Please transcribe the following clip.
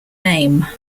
name